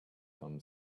tom